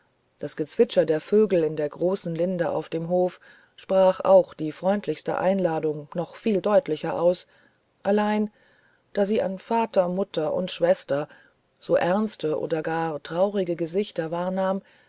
das gezwitscher der vögel in der großen linde auf dem hofe sprach auch die freundliche einladung noch viel deutlicher aus allein da sie an vater mutter und schwester so ernste oder gar traurige gesichter